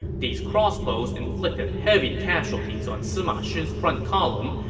these crossbows inflicted heavy casualties on sima shi's front column,